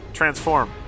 transform